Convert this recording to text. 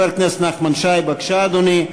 חבר הכנסת נחמן שי, בבקשה, אדוני.